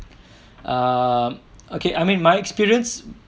err okay I mean my experience